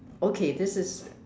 okay this is